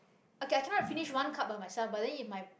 okay I can't finish one cup by myself but then if my